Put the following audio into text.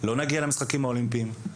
לא נגיע למשחקים האולימפיים,